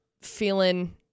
feeling